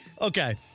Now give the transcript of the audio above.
Okay